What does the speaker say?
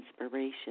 inspiration